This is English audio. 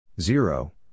Zero